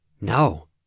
No